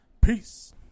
Peace